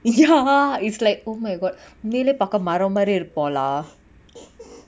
ya it's like oh my god மேலே பாக்க மரோ மாரி இருப்போ:mele paaka maro mari iruppo lah